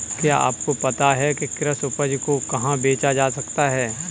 क्या आपको पता है कि कृषि उपज को कहाँ बेचा जा सकता है?